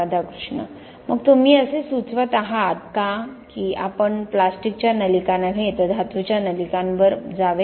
राधाकृष्ण मग तुम्ही असे सुचवत आहात का की आपण प्लॅस्टिकच्या नलिका नव्हे तर धातूच्या नलिकांवर जावे